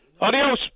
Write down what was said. Adios